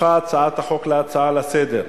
הפכה הצעת החוק להצעה לסדר-היום.